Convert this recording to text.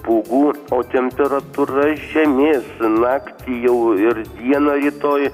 pūgų o temperatūra žemės naktį jau ir dieną rytoj